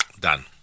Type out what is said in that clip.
done